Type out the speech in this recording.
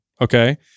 okay